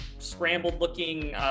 scrambled-looking